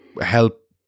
help